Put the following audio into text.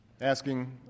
asking